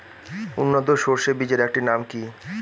উন্নত সরষে বীজের একটি নাম কি?